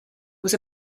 was